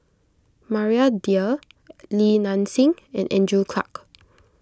Maria Dyer Li Nanxing and Andrew Clarke